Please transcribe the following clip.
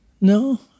no